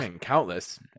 countless